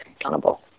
accountable